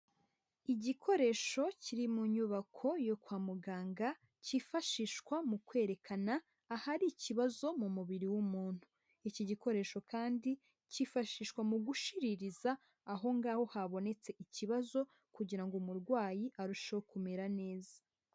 Igikoresho kiri mu nyubako yo kwa muganga cyifashishwa mu kwerekana ahari ikibazo mu mubiri w'umuntu. Iki gikoresho kandi cyifashishwa mu gushiririza aho ngaho habonetse ikibazo kugira ngo umurwayi arusheho kumera neza.